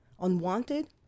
unwanted